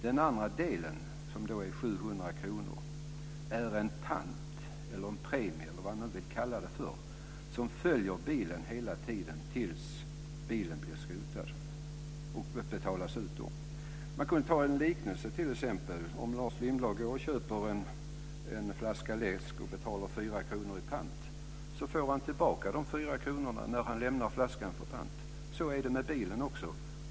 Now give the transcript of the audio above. Den andra delen, som är 700 kr, är en pant eller en premie, vad vi nu kallar det för, som följer bilen hela tiden tills bilen blir skrotad. Den betalas ut då. Man kan ta en liknelse. Om Lars Lindblad köper en flaska läsk och betalar 4 kr i pant får han tillbaka dessa 4 kr när han lämnar flaskan tillbaka. Så är det med bilen också.